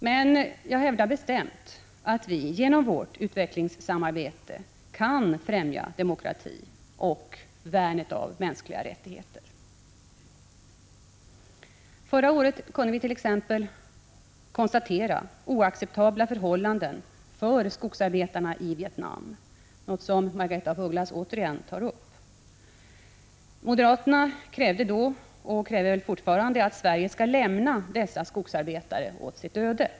Men jag hävdar bestämt att vi genom vårt utvecklingssamarbete kan främja demokratin och värnet av mänskliga rättigheter. Förra året kunde vit.ex. konstatera oacceptabla förhållanden för skogsarbetarna i Vietnam, något som Margaretha af Ugglas åter tar upp i debatten. Moderaterna krävde då och kräver fortfarande att Sverige skall lämna dessa skogsarbetare åt sitt öde.